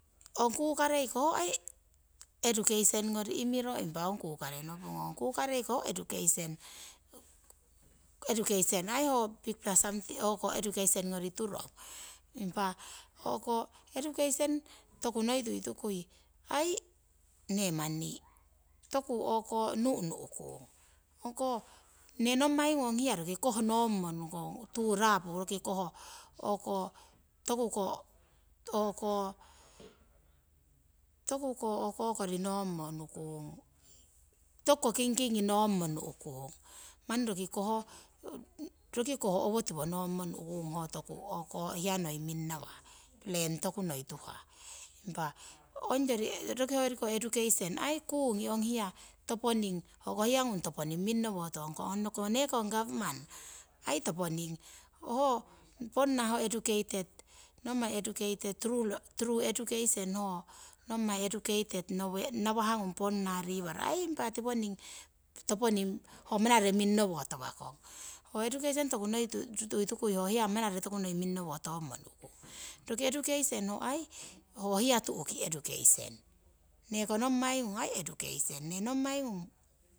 Ong kukane koh hoou education koring turong. Impah ho educaion oku noi tuie tukuie ne aii toku nuhnukung. Ne nommai ong hia roki koh túrapu nommo nú kung toku ko king king kite, kori howokwo nohmo núkung ho pian toku noi túhah. Aii ong kori education kukie aii ong hia toponang mingnowo tong kong ong nekong goverman aii toponing ho educated nawah kung aii topo nang ho manane minghowo ta'wa kong. Education toku hoi túietuú kuie manane toku noi mingno wo tomiono niu kung. Hia túkui aii education neko nommai kung aii education kung.